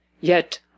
Yet